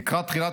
לקראת תחילת